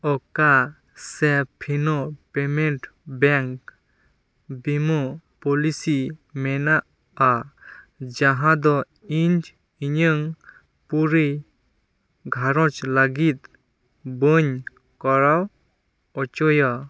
ᱚᱠᱟ ᱥᱮ Fino payment bank ᱵᱤᱢᱟ ᱯᱚᱞᱤᱥᱤ ᱢᱮᱱᱟᱜᱼᱟ ᱡᱟᱸᱦᱟ ᱫᱚ ᱤᱧ ᱤᱧᱟᱹᱜ ᱯᱩᱨᱤ ᱜᱷᱟᱨᱚᱸᱡᱽ ᱞᱟᱹᱜᱤᱫ ᱵᱟᱹᱧ ᱠᱚᱨᱟᱣ ᱚᱪᱚᱭᱟ